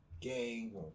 gang